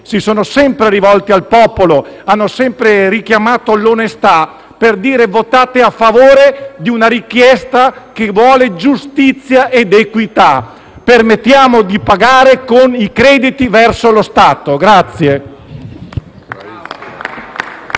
si sono sempre rivolti al popolo e hanno sempre richiamato l'onestà, per dire di votare a favore di una richiesta che vuole giustizia ed equità: permettiamo di pagare con i crediti verso lo Stato.